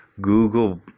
Google